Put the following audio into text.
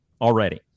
already